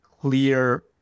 clear